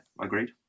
agreed